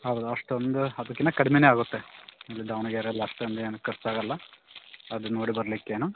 ಹೌದು ಅಷ್ಟು ಒಂದು ಅದ್ಕಿನ ಕಡ್ಮೇಯೆ ಆಗುತ್ತೆ ಆಮೇಲೆ ದಾವಣಗೆರೆ ಎಲ್ಲ ಅಷ್ಟೊಂದು ಏನು ಖರ್ಚ್ ಆಗೋಲ್ಲ ಅದು ನೋಡಿ ಬರಲಿಕ್ಕೇನೂ